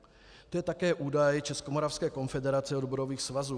To je také údaj Českomoravské konfederace odborových svazů.